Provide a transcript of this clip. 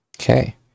Okay